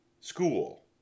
School